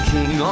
King